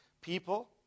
people